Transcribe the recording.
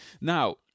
Now